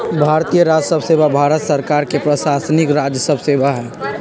भारतीय राजस्व सेवा भारत सरकार के प्रशासनिक राजस्व सेवा हइ